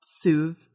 soothe